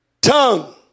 tongue